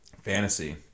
Fantasy